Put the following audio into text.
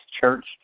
Church